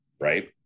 Right